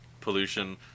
pollution